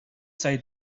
сая